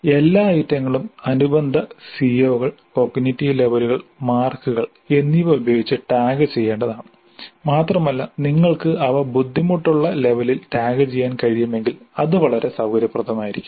എല്ലാ ഐറ്റങ്ങളും അനുബന്ധ സിഒകൾ കോഗ്നിറ്റീവ് ലെവലുകൾ മാർക്കുകൾ എന്നിവ ഉപയോഗിച്ച് ടാഗുചെയ്യേണ്ടതാണ് മാത്രമല്ല നിങ്ങൾക്ക് അവ ബുദ്ധിമുട്ടുള്ള ലെവലിൽ ടാഗുചെയ്യാൻ കഴിയുമെങ്കിൽ അത് വളരെ സൌകര്യപ്രദമായിരിക്കും